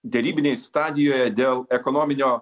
derybinėj stadijoje dėl ekonominio